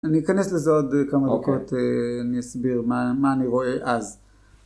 אני אכנס לזה עוד כמה דקות, אני אסביר מה אני רואה אז.